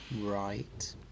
Right